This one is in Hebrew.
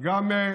גם אורלי,